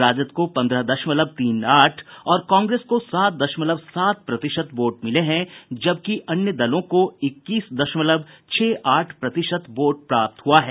राजद को पन्द्रह दशमलव तीन आठ और कांग्रेस को सात दशमलव सात प्रतिशत वोट मिले हैं जबकि अन्य दलों को इक्कीस दशमलव छह आठ प्रतिशत वोट प्राप्त हुआ है